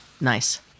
nice